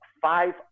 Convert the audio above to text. five